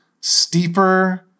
steeper